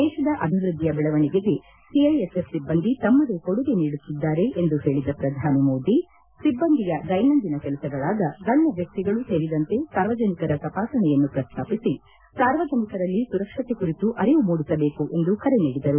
ದೇಶದ ಅಭಿವೃದ್ದಿಯ ಬೆಳವಣಿಗೆಗೆ ಸಿಐಎಸ್ಎಫ್ ಸಿಬ್ಬಂದಿ ತಮ್ಮದೇ ಕೊಡುಗೆ ನೀಡುತ್ತಿದ್ದಾರೆ ಎಂದು ಹೇಳದ ಪ್ರಧಾನಿ ಮೋದಿ ಸಿಬ್ಬಂದಿಯ ದೈನಂದಿನ ಕೆಲಸಗಳಾದ ಗಣ್ಯ ವ್ಯಕ್ತಿಗಳು ಸೇರಿದಂತೆ ಸಾರ್ವಜನಿಕರ ತಪಾಸಣೆಯನ್ನು ಪ್ರಸ್ತಾಪಿಸಿ ಸಾರ್ವಜನಿಕರಲ್ಲಿ ಸುರಕ್ಷತೆ ಕುರಿತು ಅರಿವು ಮೂಡಿಸಬೇಕು ಎಂದು ಕರೆ ನೀಡಿದರು